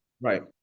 Right